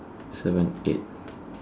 seven eight